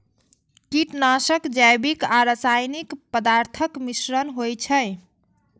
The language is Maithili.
कीटनाशक जैविक आ रासायनिक पदार्थक मिश्रण होइ छै